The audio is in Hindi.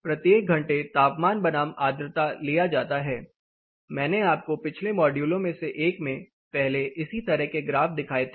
प्रत्येक घंटे तापमान बनाम आर्द्रता लिया जाता है मैंने आपको पिछले मॉड्यूलों में से एक में पहले इसी तरह ग्राफ दिखाए थे